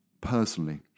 personally